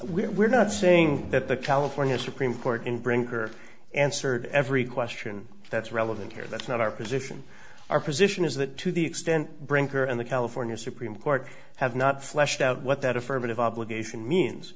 think we're not saying that the california supreme court in brinker answered every question that's relevant here that's not our position our position is that to the extent brinker and the california supreme court have not fleshed out what that affirmative obligation means